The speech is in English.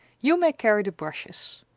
you may carry the brushes.